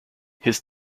his